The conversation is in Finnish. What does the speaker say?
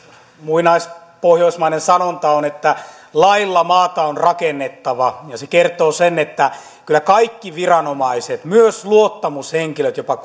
muinaispohjoismainen sanonta on että lailla maata on rakennettava ja se kertoo sen että kyllä kaikki viranomaiset myös jopa luottamushenkilöt jopa